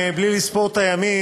בלי לספור את הימים,